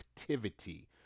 activity